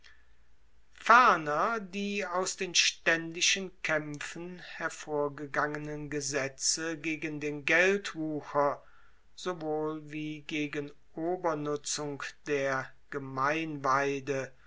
ferner die aus den staendischen kaempfen hervorgegangenen gesetze gegen den geldwucher sowohl wie gegen obernutzung der gemeinweide